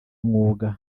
umwuga